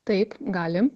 taip gali